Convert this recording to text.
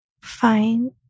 Fine